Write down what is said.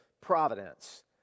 Providence